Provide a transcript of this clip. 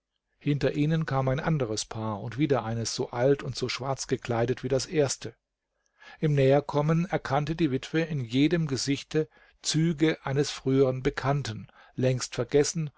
hinter ihnen kam ein anderes paar und wieder eines so alt und so schwarz gekleidet wie das erste im näherkommen erkannte die witwe in jedem gesichte züge eines frühern bekannten längst vergessen